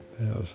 Yes